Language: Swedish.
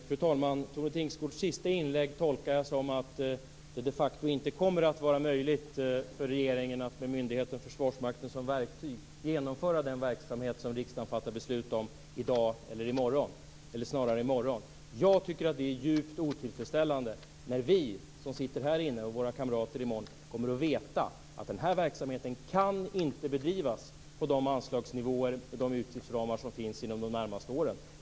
Fru talman! Tove Tingsgårds sista inlägg tolkar jag som att det de facto inte kommer att vara möjligt för regeringen att med myndigheten, Försvarsmakten, som verktyg genomföra den verksamhet som riksdagen fattar beslut om i dag eller snarare i morgon. Jag tycker att det är djupt otillfredsställande när vi som sitter här i kammaren och våra kamrater i morgon vet att verksamheten inte kan bedrivas på de anslagsnivåer, inom de utgiftsramar som finns inom de närmaste åren.